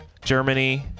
Germany